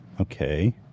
Okay